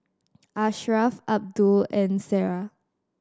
Ashraf Abdul and Sarah